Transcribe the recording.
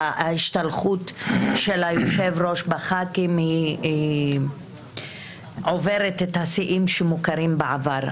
ההשתלחות של היושב-ראש בח"כים עוברת את השיאים שמוכרים בעבר.